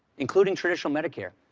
including traditional medicare.